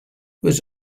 was